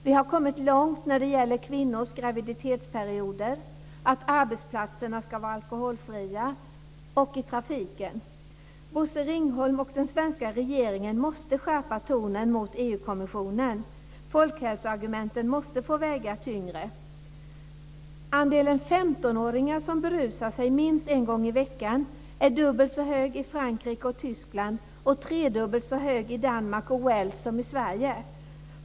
Vi har kommit långt när det gäller alkoholfria graviditetsperioder och arbetsplatser samt när det gäller trafiken. Bosse Ringholm och den svenska regeringen måste skärpa tonen mot EU kommissionen. Folkhälsoargumenten måste få väga tyngre. Andelen 15-åringar som berusar sig minst en gång i veckan är dubbelt så hög i Frankrike och Tyskland och i Danmark och Wales tre gånger så hög som i Sverige.